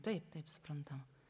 taip taip suprantama